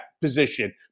position